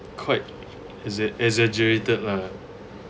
quite exe~ exaggerated lah